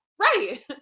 Right